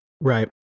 right